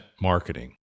marketing